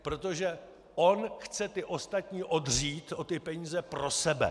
Protože on chce ty ostatní odřít o ty peníze pro sebe!